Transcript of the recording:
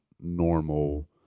normal